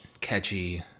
catchy